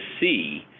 see